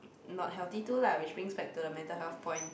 not healthy too lah which brings back to the mental health point